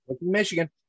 Michigan